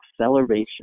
Acceleration